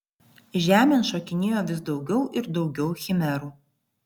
žemėn šokinėjo vis daugiau ir daugiau chimerų